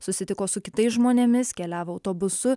susitiko su kitais žmonėmis keliavo autobusu